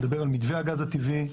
נדבר על מתווה הגז הטבעי,